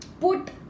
put